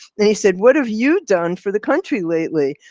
and he said, what have you done for the country lately?